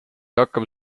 hakkama